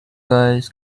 guys